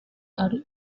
ari